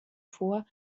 vor